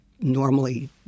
normally